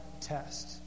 test